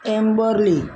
Emberley